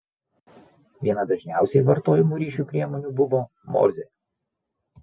viena dažniausiai vartojamų ryšio priemonių buvo morzė